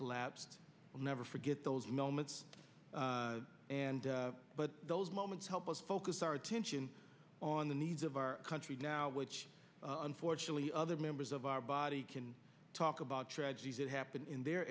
collapse we'll never forget those moments and but those moments help us focus our attention on the needs of our country now which unfortunately other members of our body can talk about tragedies that happen in their